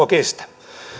tarkastelua kestä